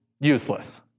useless